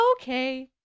okay